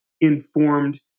informed